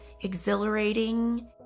exhilarating